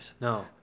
No